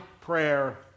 prayer